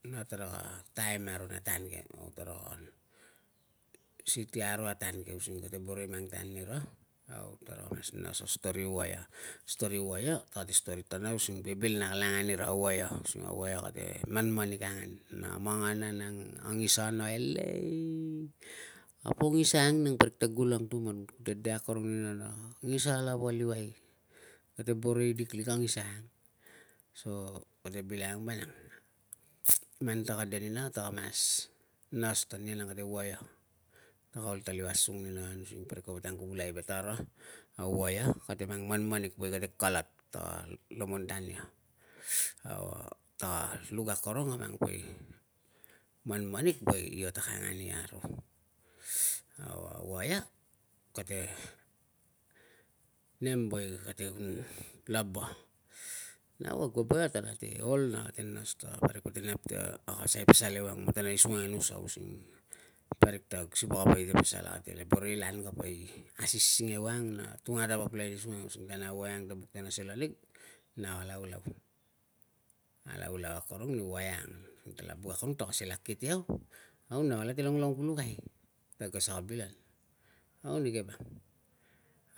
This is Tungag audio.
Na taraka taim aro na tan ke no taraka ol si de aro a tan ke using kate boro i mang tan nira, au taraka nas aro na stori i waia. Stori i waia tarate stori tana using bibil nang na kala angan ira a waia using a waia kate manmanik angan, na mangana nang, a ngisana elei! A po ngisa ang nang parik ta gulang tuman, kute de akorong nina na ngisa lava luai, kate boro i liklik a ngisa ang, so kate bilangang vanang man taka de nina taka mas nas ta nia nang kate waia taka ol ta liu asungina an using parik kapa ta angkuvulai, ve tara a waia kate mang manmanik woe kate kalat, taka lomontan ia taka luk akorong a mang poi manmanik we io taka angan ia aro au a waia kate nem woe kate kun laba, nau kag poi boi kag alate ol na kate nas ta parik kapa te nap ta aka sai pasal e mete sung ang e nusa, using parik ta kag siva kapa ite pasal, kag kate boro i lan ta asising ewang tung e tung atava pulukai i sung ang using tan ang a waia ang ka buk ti kana sel anig nala ulau. Nala ulau akorong ni waia ang using kala buk akorong ta ka sel akit iau au nau alate longlong pulukai, ta kagta saka bilan, au nike vang